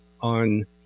on